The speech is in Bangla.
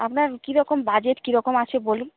আপনার কীরকম বাজেট কীরকম আছে বলুন